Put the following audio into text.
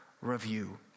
review